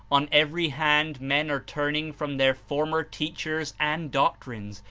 on every hand men are turning from their former teach ers and doctrines,